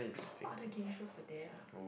what other game shows were there ah